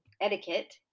etiquette